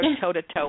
toe-to-toe